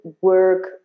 work